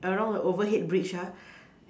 along the overhead bridge ah